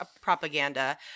propaganda